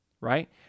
right